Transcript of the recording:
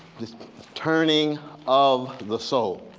the turning of the soul.